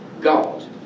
God